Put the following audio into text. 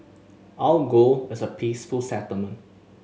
our goal is a peaceful settlement